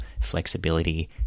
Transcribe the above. flexibility